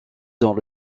dans